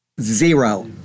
zero